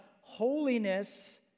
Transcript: holiness